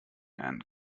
and